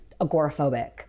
agoraphobic